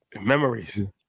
Memories